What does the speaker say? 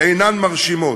אינן מרשימות,